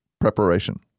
preparation